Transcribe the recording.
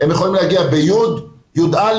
הם יכולים להגיע ב-י' י"א,